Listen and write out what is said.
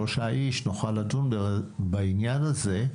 שלושה אנשים נוכל לדון בעניין הזה.